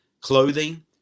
clothing